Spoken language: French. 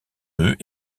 œuf